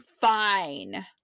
fine